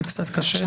זה קצת קשה.